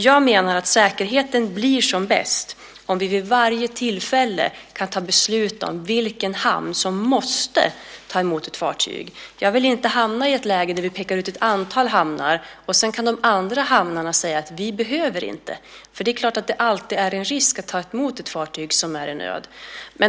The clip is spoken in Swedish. Jag menar att säkerheten blir som bäst om vi vid varje tillfälle kan ta beslut om vilken hamn som måste ta emot ett fartyg. Jag vill inte hamna i ett läge där vi pekar ut ett antal hamnar och där de andra hamnarna sedan kan säga: Vi behöver inte. Det är klart att det alltid är en risk att ta emot ett fartyg som är i nöd.